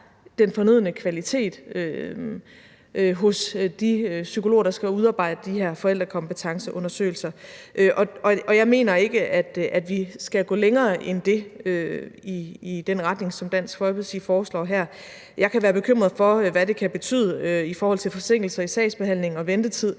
den fornødne kvalitet hos de psykologer, der skal udarbejde de her forældrekompetenceundersøgelser. Jeg mener ikke, at vi skal gå længere end det og i den retning, som Dansk Folkeparti foreslår her. Jeg kan være bekymret for, hvad det kan betyde i forhold til forsinkelser i sagsbehandling og ventetid,